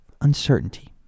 uncertainty